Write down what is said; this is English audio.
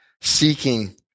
seeking